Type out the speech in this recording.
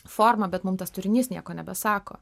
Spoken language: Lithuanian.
formą bet mum tas turinys nieko nebesako